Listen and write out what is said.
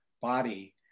body